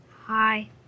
Hi